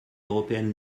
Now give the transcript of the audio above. européenne